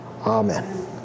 Amen